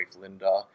Linda